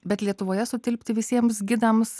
bet lietuvoje sutilpti visiems gidams